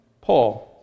Paul